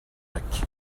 lacs